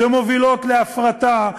שמובילות להפרטה,